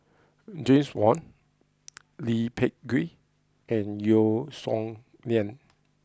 James Wong Lee Peh Gee and Yeo Song Nian